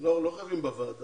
כל אתיופי כמעט